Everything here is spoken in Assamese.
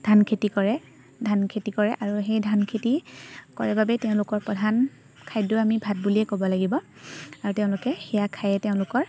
ধানখেতি কৰে ধানখেতি কৰে আৰু সেই ধানখেতি কৰে বাবেই তেওঁলোকৰ প্ৰধান খাদ্য আমি ভাত বুলিয়ে ক'ব লাগিব আৰু তেওঁলোকে সেয়া খায়ে তেওঁলোকৰ